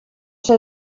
ser